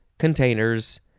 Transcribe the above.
containers